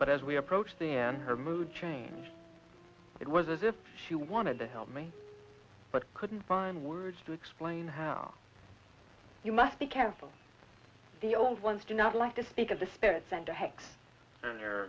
but as we approached the end her mood changed it was as if she wanted to help me but couldn't find words to explain how you must be careful the old ones do not like to speak of the